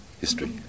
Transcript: history